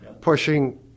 pushing